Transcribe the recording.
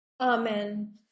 Amen